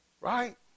Right